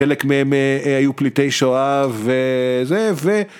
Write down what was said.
חלק מהם היו פליטי שואה וזה, ו...